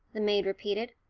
the maid repeated.